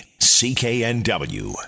CKNW